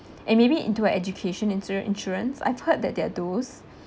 and maybe into our education into insur~ insurance I've heard that there are those